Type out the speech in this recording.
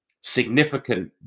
significant